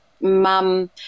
mum